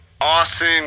Austin